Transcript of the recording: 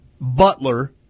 Butler